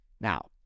Now